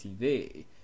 TV